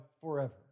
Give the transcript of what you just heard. forever